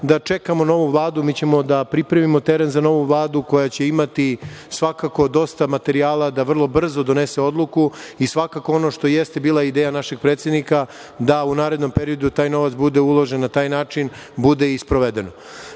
da čekamo novu Vladu, mi ćemo da pripremimo teren za novu Vladu koja će imati svakako dosta materijala da vrlo brzo donese odluku i svakako ono što jeste bila ideja našeg predsednika, da u narednom periodu taj novac bude uložen i na taj način bude i sprovedeno.